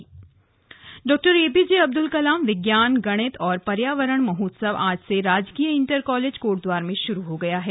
विज्ञान महोत्सव Dr APJ Abdul Kalam विज्ञान गणित और पर्यावरण महोत्सव आज से राजकीय इंटर कॉलेज कोटद्वार में शुरु हो गया है